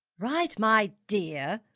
right, my dear.